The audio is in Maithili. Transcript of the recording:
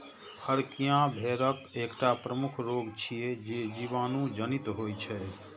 फड़कियां भेड़क एकटा प्रमुख रोग छियै, जे जीवाणु जनित होइ छै